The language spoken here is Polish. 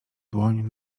dłoń